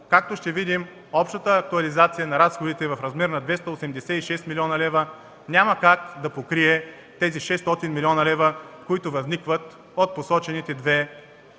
Както виждаме, общата актуализация на разходите в размер на 286 млн.лв. няма как да покрие тези 600 млн. лв., които възникват от посочените пред